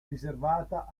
riservata